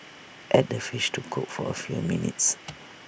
add the fish to cook for A few minutes